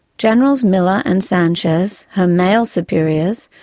generals miller and sanchez, her male superiors,